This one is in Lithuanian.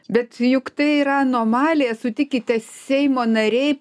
bet juk tai yra anomalija sutikite seimo nariai